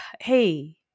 hey